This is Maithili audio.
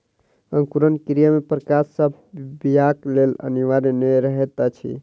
अंकुरण क्रिया मे प्रकाश सभ बीयाक लेल अनिवार्य नै होइत अछि